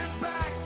back